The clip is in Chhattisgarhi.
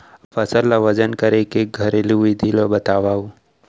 फसल ला वजन करे के घरेलू विधि ला बतावव?